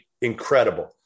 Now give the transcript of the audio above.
Incredible